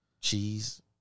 cheese